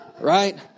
Right